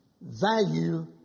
value